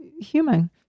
human